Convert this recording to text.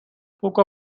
poco